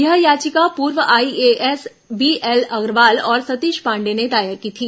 यह याचिका पूर्व आईएएस बीएल अग्रवाल और सतीश पांडेय ने दायर की थी